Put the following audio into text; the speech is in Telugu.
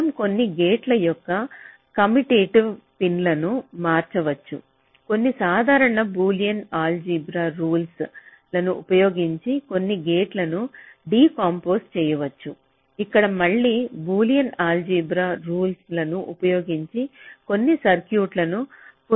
మనం కొన్ని గేట్ల యొక్క కమ్యుటేటివ్ పిన్లను మార్చవచ్చు కొన్ని సాధారణ బూలియన్ ఆల్ జీబ్రా రూల్స్ లను ఉపయోగించి కొన్ని గేట్లను డీకంపోజ చేయవచ్చు ఇక్కడ మళ్ళీ బూలియన్ ఆల్ జీబ్రా రూల్స్ లను ఉపయోగించి కొన్ని సర్క్యూట్లను పునర్నిర్మించవచ్చు